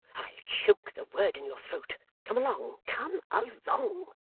i'll choke the word in your throat come along come along.